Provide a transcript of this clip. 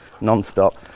non-stop